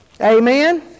Amen